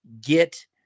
get